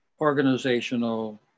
organizational